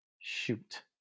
Shoot